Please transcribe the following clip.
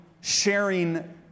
sharing